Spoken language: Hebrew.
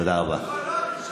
תודה רבה.